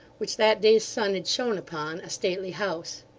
which that day's sun had shone upon, a stately house.